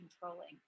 controlling